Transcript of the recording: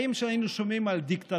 האם היינו שומעים על דיקטטורה,